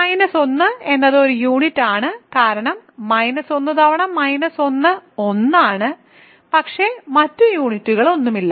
minus 1 എന്നത് ഒരു യൂണിറ്റാണ് കാരണം മൈനസ് 1 തവണ മൈനസ് 1 1 ആണ് പക്ഷേ മറ്റ് യൂണിറ്റുകളൊന്നുമില്ല